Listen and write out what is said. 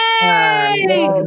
Yay